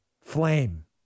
flame